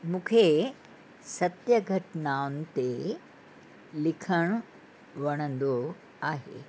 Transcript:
मूंखे सत्य घटनाउनि ते लिखणु वणंदो आहे